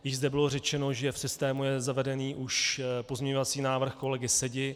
Již zde bylo řečeno, že v systému je zavedený už pozměňovací návrh kolegy Sedi.